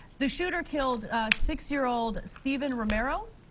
the shooter killed six year old stephen romero,